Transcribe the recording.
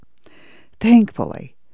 Thankfully